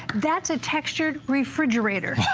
that is a textured refrigerator,